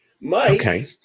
Mike